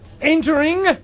entering